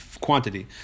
quantity